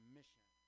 Mission